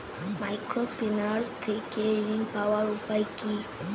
Microfinance থেকে ঋণ পাওয়ার উপায় কি?